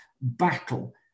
battle